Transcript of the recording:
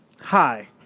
Hi